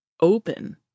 open